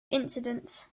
incidents